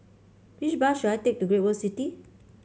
which bus should I take to Great World City